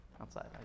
outside